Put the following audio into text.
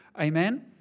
Amen